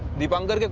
deepankar